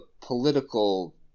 political